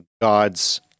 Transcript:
God's